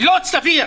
לא סביר,